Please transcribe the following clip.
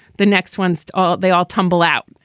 the next one's all. they all tumble out,